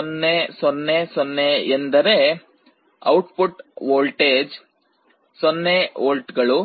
0 0 0 0 ಎಂದರೆ output voltage 0 ವೋಲ್ಟ್ಗಳು